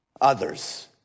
others